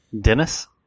Dennis